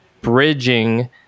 bridging